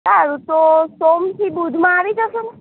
સારું તો સોમથી બુધમાં આવી જજો ને